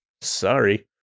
Sorry